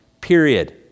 period